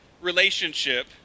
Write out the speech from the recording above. relationship